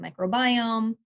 microbiome